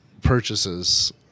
purchases